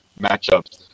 matchups